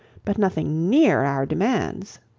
but nothing near our demands.